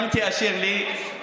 אם תאשר לי,